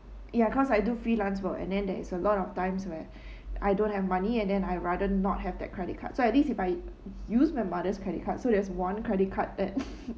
ya cause I do freelance work and then there is a lot of times where I don't have money and then I'd rather not have that credit card so at least if I use my mother's credit card so there's one credit card that